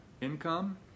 income